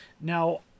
Now